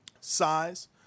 size